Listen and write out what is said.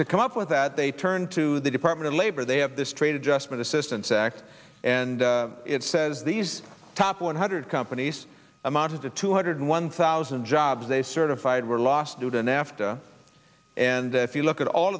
to come up with that they turned to the department of labor they have this trade adjustment assistance act and it says these top one hundred companies amounted to two hundred one thousand jobs a certified were lost due to nafta and if you look at all